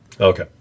Okay